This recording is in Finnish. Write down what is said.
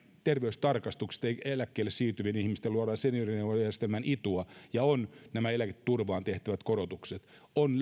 terveystarkastuksista eläkkeelle siirtyvien ihmisten luona on seniorineuvolajärjestelmän itu ja on eläketurvaan tehtävät korotukset on